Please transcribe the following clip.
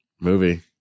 movie